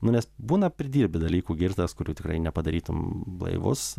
nu nes būna pridirbi dalykų girtas kurių tikrai nepadarytum blaivus